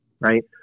right